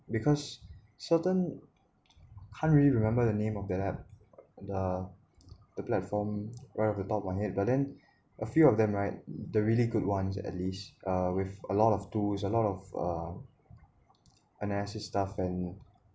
because certain can't really remember the name of the app the the platform right of the top my head but then a few of them right the really good ones at least uh with a lot of tools a lot of uh stuff and